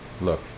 Look